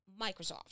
Microsoft